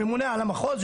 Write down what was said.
הממונה על המחוז,